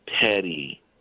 petty